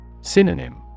Synonym